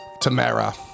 Tamara